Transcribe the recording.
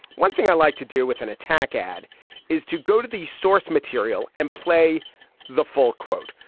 one thing i like to do with an attack ad is to go to the source material and play the full quote.